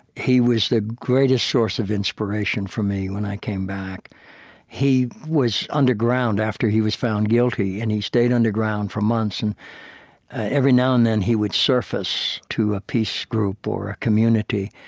he was the greatest source of inspiration for me when i came back he was underground after he was found guilty, and he stayed underground for months, and every now and then he would surface to a peace group or a community.